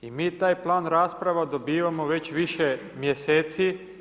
I mi taj plan rasprava dobivamo već više mjeseci.